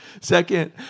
Second